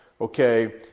okay